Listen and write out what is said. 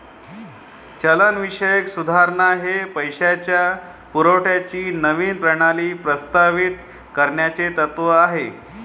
चलनविषयक सुधारणा हे पैशाच्या पुरवठ्याची नवीन प्रणाली प्रस्तावित करण्याचे तत्त्व आहे